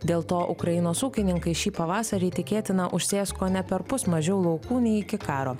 dėl to ukrainos ūkininkai šį pavasarį tikėtina užsės kone perpus mažiau laukų nei iki karo